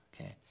okay